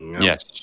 Yes